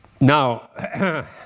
Now